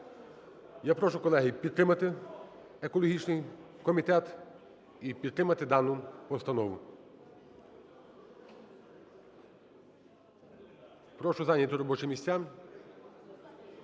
Я прошу, колеги, підтримати екологічний комітет і підтримати дану постанову. Прошу зайняти робочі місця.